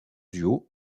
duo